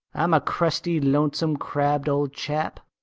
i'm a crusty, lonesome, crabbed old chap,